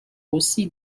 aussi